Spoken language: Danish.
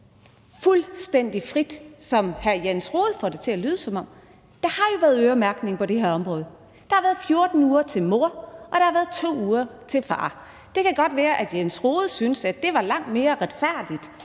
fuldstændig frit, som hr. Jens Rohde får det til at lyde som om. Der har jo været øremærkning på den her område. Der har været 14 uger til mor, og der har været 2 uger til far. Det kan godt være, at hr. Jens Rohde synes, at det var langt mere retfærdigt,